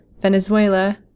Venezuela